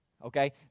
Okay